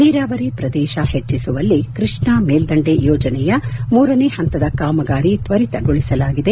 ನೀರಾವರಿ ಪ್ರದೇಶ ಹೆಚ್ಚಿಸುವಲ್ಲಿ ಕೃಷ್ಣಾ ಮೇಲ್ದಂಡೆ ಯೋಜನೆಯ ಮೂರನೇ ಪಂತದ ಕಾಮಗಾರಿ ತ್ವರಿತಗೊಳಿಸಲಾಗಿದೆ